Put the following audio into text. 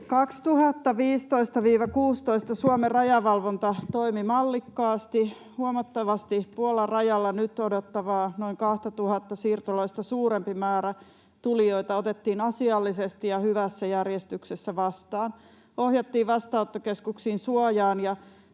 2015–16 Suomen rajavalvonta toimi mallikkaasti. Huomattavasti Puolan rajalla nyt odottavaa noin 2 000 siirtolaista suurempi määrä tulijoita otettiin asiallisesti ja hyvässä järjestyksessä vastaan, ohjattiin vastaanottokeskuksiin suojaan